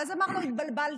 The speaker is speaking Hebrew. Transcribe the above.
ואז אמר לו: התבלבלת,